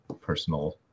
personal